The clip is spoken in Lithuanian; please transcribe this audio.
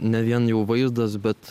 ne vien jau vaizdas bet